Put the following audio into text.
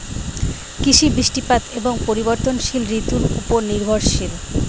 কৃষি বৃষ্টিপাত এবং পরিবর্তনশীল ঋতুর উপর নির্ভরশীল